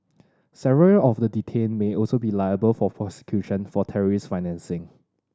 several of the detained may also be liable for prosecution for terrorism financing